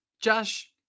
Josh